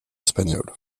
espagnol